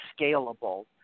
scalable